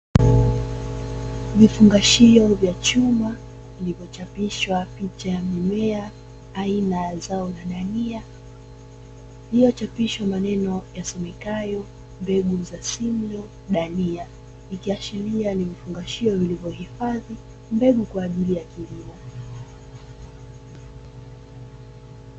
Vifungashio vya chuma vilivyochapishwa picha ya mimea aina ya zao la dania iliyochapishwa maneno yasomekeyo mbegu za "simlaw" dania, ikiashiria ni vifungashio vilivyohifadhi mbegu kwa ajili ya kilimo.